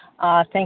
Thank